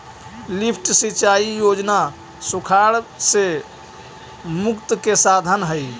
lift सिंचाई योजना सुखाड़ से मुक्ति के साधन हई